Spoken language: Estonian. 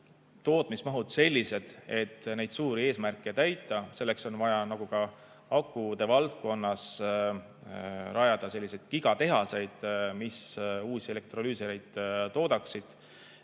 tootmismahud sellised, et neid suuri eesmärke täita. Selleks on vaja, nagu ka akude valdkonnas, rajada gigatehased, mis uusi elektrolüüsereid toodaksid.